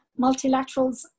multilaterals